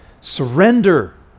surrender